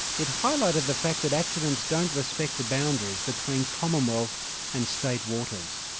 it highlighted the fact that accidents don't respect the boundaries between commonwealth and state waters.